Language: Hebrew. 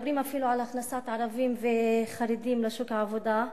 מדברים אפילו על הכנסת ערבים וחרדים לשוק העבודה,